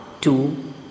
two